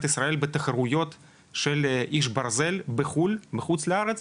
ישראל בתחרויות של איש ברזל בחוץ לארץ,